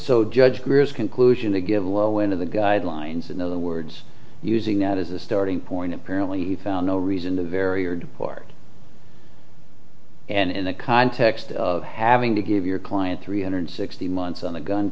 so judge greer's conclusion to give low end of the guidelines in other words using that as a starting point apparently found no reason to vary or deport and in the context of having to give your client three hundred sixty months on the gun